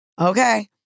Okay